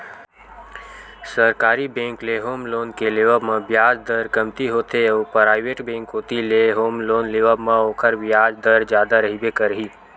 सरकारी बेंक ले home loan के लेवब म बियाज दर कमती होथे अउ पराइवेट बेंक कोती ले होम लोन लेवब म ओखर बियाज दर जादा रहिबे करही